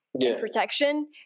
protection